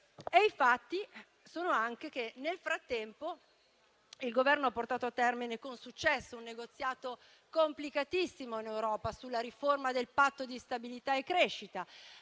i fatti sono anche che nel frattempo il Governo ha portato a termine con successo un negoziato complicatissimo in Europa sulla riforma del Patto di stabilità e crescita.